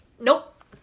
Nope